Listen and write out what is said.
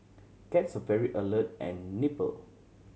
cats are very alert and nimble